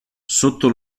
sotto